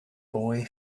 boy